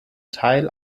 teil